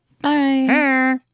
Bye